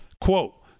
quote